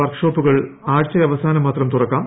വർക്ക്ഷോപ്പുകൾ ആഴ്ചയവസാനം മാത്രം തുറക്കാം